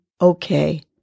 okay